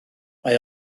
mae